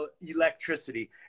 electricity